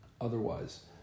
otherwise